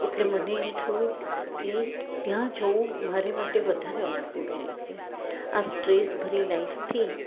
એટલે મને એમ થયું કે ત્યાં જવું મારા માટે વધારે અનુકુળ રહેશે આ સ્ટ્રેસભરી લાઈફથી